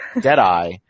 Deadeye